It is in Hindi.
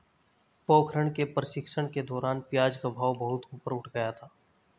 पोखरण के प्रशिक्षण के दौरान प्याज का भाव बहुत ऊपर उठ गया था